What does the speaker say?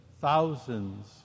thousands